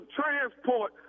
transport